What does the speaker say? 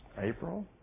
April